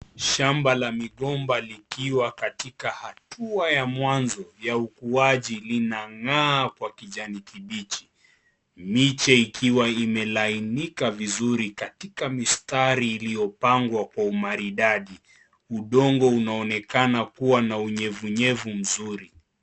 Shamba la migomba likiwa katika hatua ya mwanzo ya ukuaji linang'aa kwa kijani kibichi miche ikiwa imelainika vizuri katika mistari iliyopangwa kwa umaridadi. Udongo unaonekana kuwa na unyevunyevu mzuri.